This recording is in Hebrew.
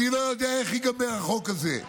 אני לא יודע איך ייגמר החוק הזה.